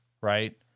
Right